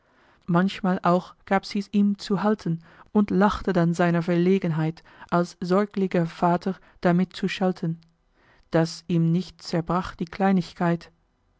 manchmal auch gab sie's ihm zu halten und lachte dann seiner verlegenheit als sorglicher vater damit zu schalten daß ihm nicht zerbrach die kleinigkeit